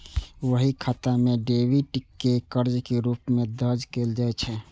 बही खाता मे डेबिट कें कर्ज के रूप मे दर्ज कैल जाइ छै